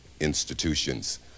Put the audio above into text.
institutions